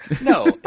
No